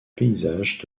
paysages